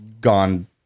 gone